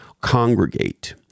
congregate